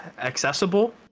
accessible